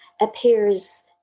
appears